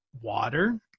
water